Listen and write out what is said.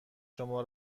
شما